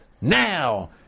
now